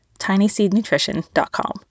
tinyseednutrition.com